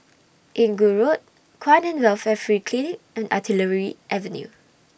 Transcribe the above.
Inggu Road Kwan in Welfare Free Clinic and Artillery Avenue